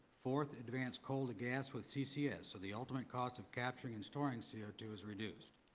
fourth, advance coal-to-gas with ccs so the ultimate cost of capturing and storing c o two is reduced.